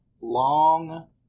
long